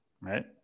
Right